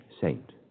Saint